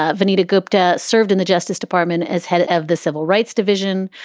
ah vanita gupta served in the justice department as head of the civil rights division.